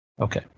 Okay